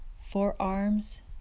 forearms